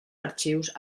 arxius